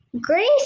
grace